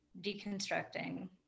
deconstructing